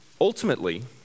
Ultimately